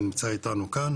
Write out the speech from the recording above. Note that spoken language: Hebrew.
שנמצא איתנו כאן,